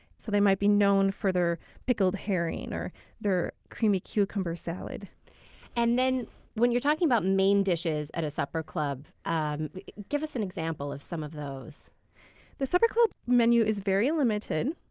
so they might be known for their pickled herring or their creamy cucumber salad and when you are talking about main dishes at a supper club, and give us an example of some of those the supper club menu is very limited.